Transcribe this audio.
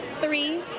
Three